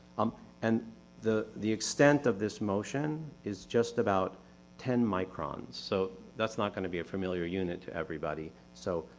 um and the the extent of this motion is just about ten microns, so that's not going to be a familiar unit to everybody. so,